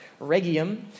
Regium